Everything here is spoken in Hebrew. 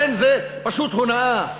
לכן זו פשוט הונאה.